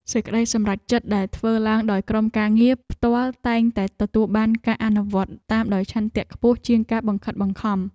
សេចក្តីសម្រេចចិត្តដែលធ្វើឡើងដោយក្រុមការងារផ្ទាល់តែងតែទទួលបានការអនុវត្តតាមដោយឆន្ទៈខ្ពស់ជាងការបង្ខិតបង្ខំ។